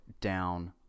down